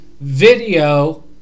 video